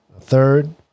third